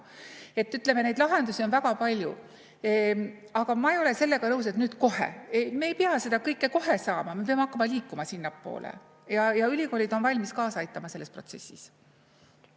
Ütleme, neid lahendusi on väga palju. Aga ma ei ole sellega nõus, et nüüd kohe. Me ei pea seda kõike kohe saama. Me peame hakkama liikuma sinnapoole ja ülikoolid on valmis kaasa aitama selles protsessis.